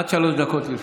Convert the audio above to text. עד שלוש דקות לרשותך.